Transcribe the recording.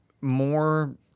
more